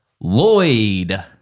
Lloyd